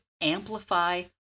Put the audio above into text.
amplify